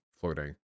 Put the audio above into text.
flirting